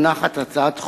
יציג את הצעת החוק